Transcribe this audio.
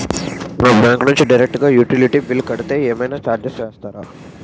నా బ్యాంక్ నుంచి డైరెక్ట్ గా యుటిలిటీ బిల్ కడితే ఏమైనా చార్జెస్ వేస్తారా?